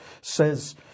says